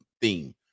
theme